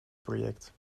project